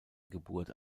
geburt